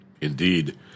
Indeed